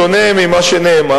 בשונה ממה שנאמר,